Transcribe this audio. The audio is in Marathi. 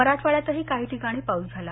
मराठवाड्यातही काही ठिकाणी पाऊस झाला